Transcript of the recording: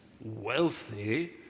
wealthy